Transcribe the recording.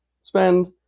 spend